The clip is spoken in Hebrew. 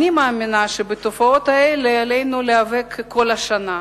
אני מאמינה שבתופעות האלה עלינו להיאבק כל השנה.